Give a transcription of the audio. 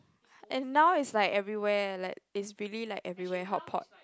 and now is like everywhere like is really like everywhere hot pot